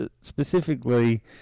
specifically